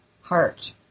heart